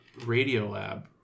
Radiolab